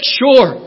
sure